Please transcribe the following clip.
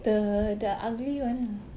the the ugly ah